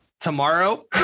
tomorrow